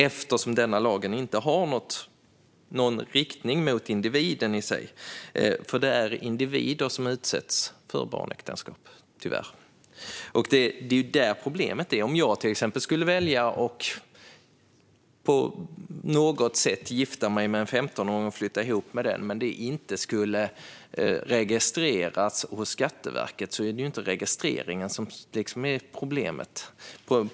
Lagen har ju inte någon riktning mot individen i sig, och det är tyvärr individer som utsätts för barnäktenskap. Det är där problemet ligger. Om jag till exempel på något sätt skulle välja att gifta mig med en 15åring och flytta ihop med vederbörande och det inte skulle registreras hos Skatteverket är det inte registreringen som är problemet.